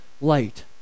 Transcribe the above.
light